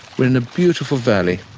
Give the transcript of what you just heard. we're in a beautiful valley.